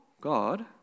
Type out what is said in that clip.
God